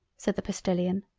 said the postilion.